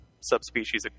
subspecies